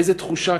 איזו תחושה,